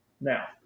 Now